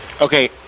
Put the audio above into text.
Okay